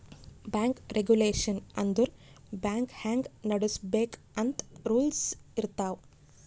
bank regulation ಅಂದುರ್ bank ಹ್ಯಾಂಗ್ ನಡುಸ್ಬೇಕ್ ಅಂತ್ ರೂಲ್ಸ್ ಇರ್ತಾವ್